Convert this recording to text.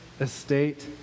estate